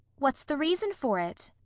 what's the reason for it?